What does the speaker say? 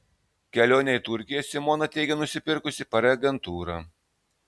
kelionę į turkiją simona teigia nusipirkusi per agentūrą